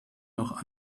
noch